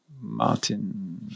Martin